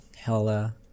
Hella